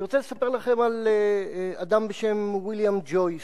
אני רוצה לספר לכם על אדם בשם ויליאם ג'ויס,